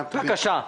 בבקשה.